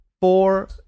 four